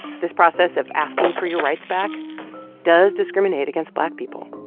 this process of asking for your rights back does discriminate against black people.